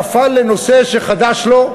נפל לנושא שחדש לו.